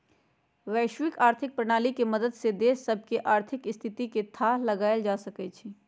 वैश्विक आर्थिक प्रणाली के मदद से देश सभके आर्थिक स्थिति के थाह लगाएल जा सकइ छै